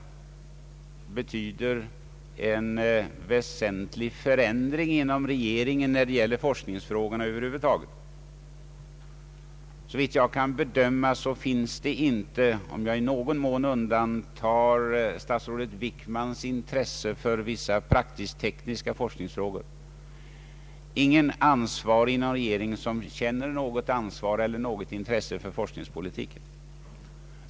Det betyder en väsentlig förändring inom regeringen när det gäller intresset för forskningsfrågor över huvud taget. Såvitt jag kan bedöma finns det inte — då undantar jag i någon mån statsrådet Wickmans intresse för vissa praktiskt-tekniska frågor — någon ansvarig person inom regeringen som känner ansvar eller intresse för forskningspolitiken.